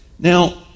Now